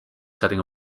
setting